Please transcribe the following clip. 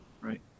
right